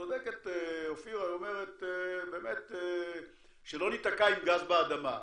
וצודקת אופירה, היא אומרת שלא ניתקע עם גז באדמה.